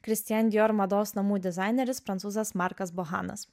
kristian dior mados namų dizaineris prancūzas markas bohanas